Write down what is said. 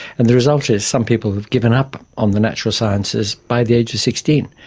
and the result is some people have given up on the natural sciences by the age of sixteen.